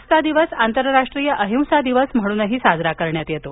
आजचा दिवस आंतरराष्ट्रीय अहिंसा दिवस म्हणूनही साजरा करण्यात येतो